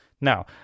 Now